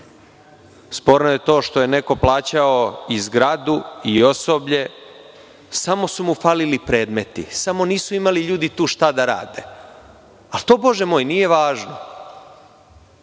Sporno je to što je neko plaćao i zgradu i osoblje, samo su mu falili predmeti, samo nisu imali ljudi tu šta da rade. Ali to, Bože moj, nije važno.